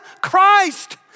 Christ